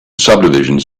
subdivisions